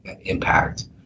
impact